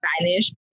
Spanish